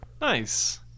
Nice